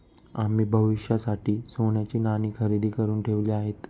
आम्ही भविष्यासाठी सोन्याची नाणी खरेदी करुन ठेवली आहेत